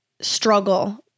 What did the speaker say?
struggle